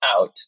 out